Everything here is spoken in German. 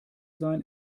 sein